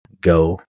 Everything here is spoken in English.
go